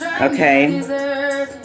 Okay